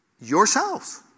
yourselves